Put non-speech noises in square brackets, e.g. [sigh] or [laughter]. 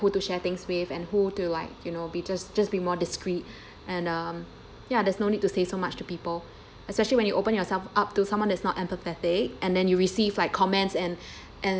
who to share things with and who to like you know be just just be more discreet and um ya there's no need to say so much to people especially when you open yourself up to someone that is not empathetic and then you receive like comments and [breath]